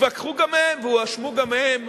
התווכחו גם הם והואשמו גם הם